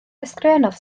ysgrifennodd